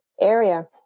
area